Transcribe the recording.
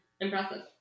Impressive